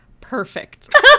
perfect